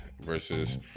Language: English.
versus